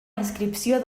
inscripció